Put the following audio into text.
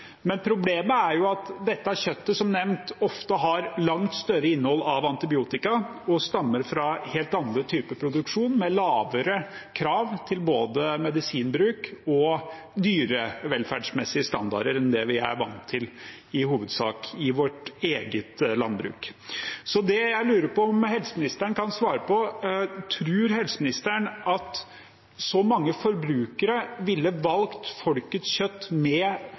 men problemet er at dette kjøttet som nevnt ofte har langt større innhold av antibiotika og stammer fra helt andre typer produksjon, med lavere krav til både medisinbruk og dyrevelferdsmessige standarder enn det vi i hovedsak er vant til i vårt eget landbruk. Så det jeg lurer på om helseministeren kan svare på, er: Tror helseministeren at så mange forbrukere ville valgt Folkets kjøtt, med